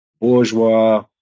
bourgeois